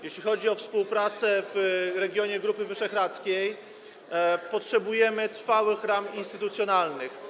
Jeśli chodzi o współpracę w regionie Grupy Wyszehradzkiej, potrzebujemy trwałych ram instytucjonalnych.